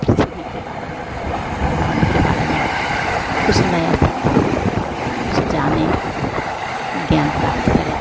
पृथ्वी के बारे में अपना ब्रह्मांड के बारे में कुछ नया सीखें कुछ जाने और ज्ञान प्राप्त करें